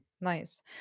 Nice